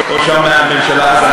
או שהממשלה, ?